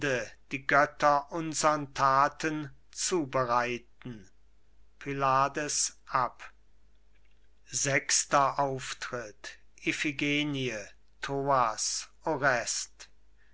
die götter unsern thaten zubereiten pylades ab sechster auftritt iphigenie thoas